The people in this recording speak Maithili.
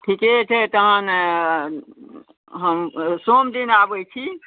ठीके छै तहन हम सोमदिन आबै छी